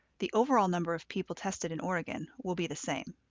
the overall number of people tested in oregon will be the same.